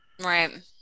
Right